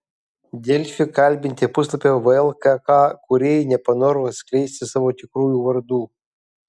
delfi kalbinti puslapio vlkk kūrėjai nepanoro atskleisti savo tikrųjų vardų